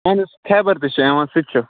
اَہَن حظ خیبَر تہِ چھِ یِوان سُہ تہِ چھُ